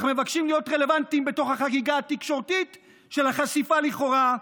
אך מבקשים להיות רלוונטיים בתוך החגיגה התקשורתית של החשיפה לכאורה.